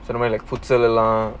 suddenly like futsal lah